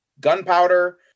gunpowder